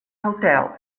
hotel